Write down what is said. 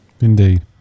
Indeed